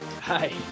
Hi